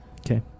Okay